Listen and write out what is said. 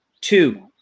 Two